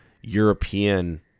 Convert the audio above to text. European